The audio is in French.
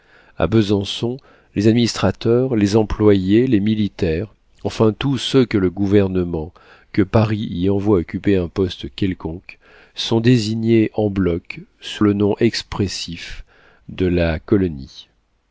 a besançon les administrateurs les employés les militaires enfin tous ceux que le gouvernement que paris y envoie occuper un poste quelconque sont désignés en bloc sous le nom expressif de la colonie